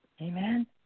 Amen